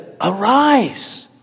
arise